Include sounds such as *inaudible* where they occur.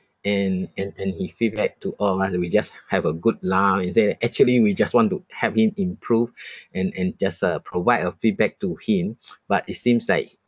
and and and he feedback to all of us we just have a good laugh and say that actually we just want to help him improve *breath* and and just uh provide a feedback to him but it seems like